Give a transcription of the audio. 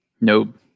Nope